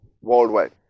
worldwide